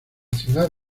ciudad